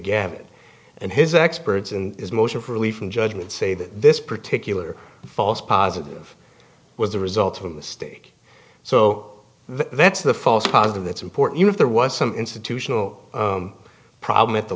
gambit and his experts in his motion for relief from judgment say that this particular false positive was the result of a mistake so that's the false positive that's important if there was some institutional problem at the